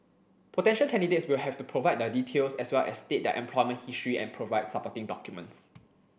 potential candidates will have to provide their details as well as state their employment history and provide supporting documents